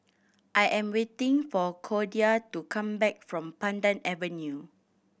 I am waiting for Cordia to come back from Pandan Avenue